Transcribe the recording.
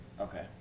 Okay